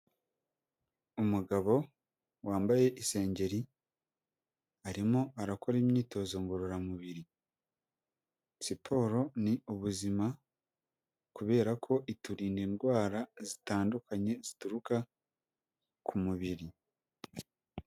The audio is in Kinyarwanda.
Umugabo wambaye isengeri arimo arakora imyitozo ngororamubiri, siporo ni ubuzima kubera ko iturinda indwara zitandukanye zituruka ku mubiri.